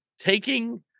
taking